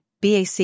BAC